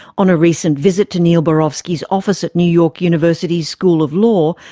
on a recent visit to neil barofsky's office at new york university's school of law,